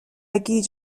گیج